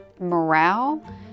morale